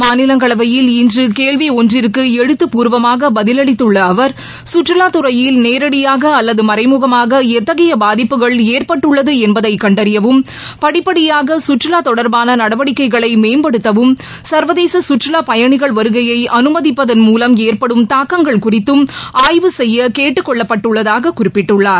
மாநிலங்களவையில் இன்று கேள்வி ஒன்றிற்கு எழுத்தப்பூர்வமாக பதிலளித்துள்ள அவர் சுற்றுலாத்துறையில் நேரடியாக அல்லது மறைமுகமாக எத்தகைய பாதிப்புகள் ஏற்பட்டுள்ளது என்பதை கண்டறியவும் படிப்படியாக தொடர்பான நடவடிக்கைகளை மேம்படுத்தவும் சள்வதேச கற்றுலாப் பயனிகள் வருகையை ப்புலா அனுமதிப்பதன் மூலம் ஏற்படும் தாக்கங்கள் குறித்தும் ஆய்வு செய்ய கேட்டுக் கொள்ளப்பட்டுள்ளதாக குறிப்பிட்டுள்ளார்